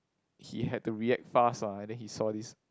he had to react fast lah then he saw this